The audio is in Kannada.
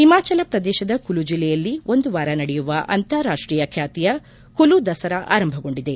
ಹಿಮಾಚಲ ಪ್ರದೇಶದ ಕುಲು ಜಿಲ್ಲೆಯಲ್ಲಿ ಒಂದುವಾರ ನಡೆಯುವ ಅಂತಾರಾಷ್ಷೀಯ ಖ್ಯಾತಿಯ ಕುಲು ದಸರಾ ಆರಂಭಗೊಂಡಿದೆ